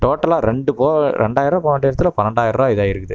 டோட்டலாக ரெண்டு போ ரெண்டாயிரூபா போக வேண்டிய இடத்துல பன்னெண்டாயிர ரூபா இதாகி இருக்குது